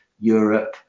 Europe